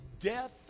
death